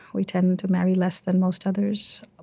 we tend to marry less than most others.